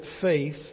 faith